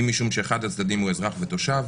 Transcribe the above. אם משום שאחד הצדדים הוא אזרח ותושב,